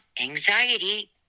anxiety